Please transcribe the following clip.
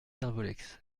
servolex